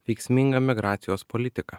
veiksmingą migracijos politiką